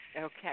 Okay